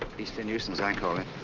beastly nuisance i call it.